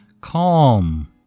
Calm